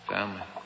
Family